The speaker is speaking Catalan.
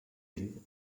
ell